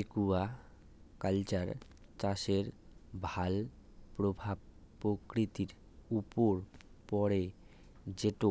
aquaculture চাষের ভাল প্রভাব প্রকৃতির উপর পড়ে যেটো